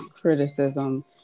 criticism